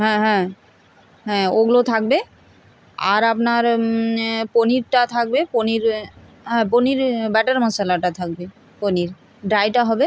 হ্যাঁ হ্যাঁ হ্যাঁ ওগুলো থাকবে আর আপনার পনিরটা থাকবে পনির হ্যাঁ পনির বাটার মশালাটা থাকবে পনির ড্রাইটা হবে